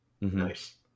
Nice